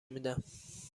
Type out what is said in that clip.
میدم